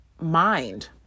mind